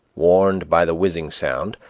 warned by the whizzing sound,